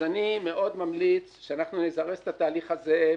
אז אני מאוד ממליץ שאנחנו נזרז את התהליך הזה,